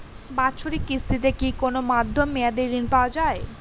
বাৎসরিক কিস্তিতে কি কোন মধ্যমেয়াদি ঋণ পাওয়া যায়?